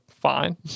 Fine